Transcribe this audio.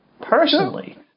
Personally